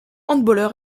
handballeur